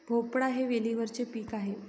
भोपळा हे वेलीवरचे पीक आहे